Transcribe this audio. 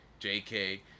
JK